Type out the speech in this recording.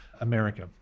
America